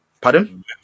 Pardon